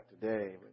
today